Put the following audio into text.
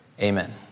Amen